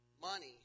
money